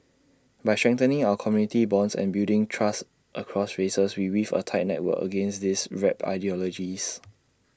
by strengthening our community bonds and building trust across races we weave A tight network against these warped ideologies